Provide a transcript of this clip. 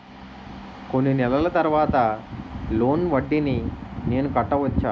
కొన్ని నెలల తర్వాత లోన్ వడ్డీని నేను కట్టవచ్చా?